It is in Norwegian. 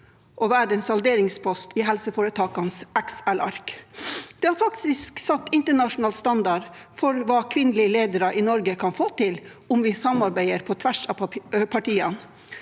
å være en salderingspost i helseforetakenes Excel-ark. Det hadde faktisk satt internasjonal standard for hva kvinnelige ledere i Norge kan få til, om vi samarbeider på tvers av partiene.